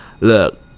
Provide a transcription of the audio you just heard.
look